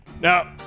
Now